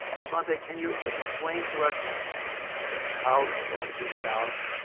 svante, can you explain to us how this all came about?